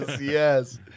yes